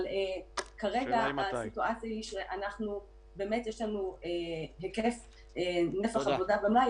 אבל כרגע הסיטואציה היא שבאמת יש לנו נפח עבודה במלאי